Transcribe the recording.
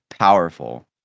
powerful